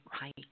right